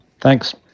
Thanks